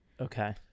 Okay